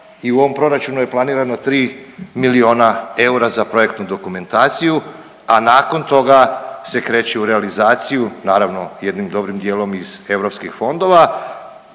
i u ovom proračunu je planirano 3 milijuna eura za projektnu dokumentaciju, a nakon toga se kreće u realizaciju, naravno jednim dobrim dijelom iz europskih fondova